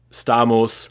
stamos